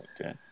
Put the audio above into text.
Okay